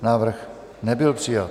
Návrh nebyl přijat.